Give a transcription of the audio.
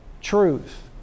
truth